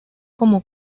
como